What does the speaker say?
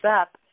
up